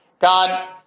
God